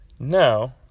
Now